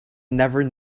never